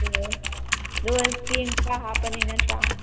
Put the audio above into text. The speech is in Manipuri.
ꯑꯣ ꯑꯗꯨꯒ ꯆꯦꯡ ꯈꯔ ꯍꯥꯞꯄꯅꯤ ꯅꯠꯇ꯭ꯔꯥ